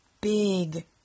big